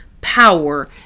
power